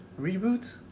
reboot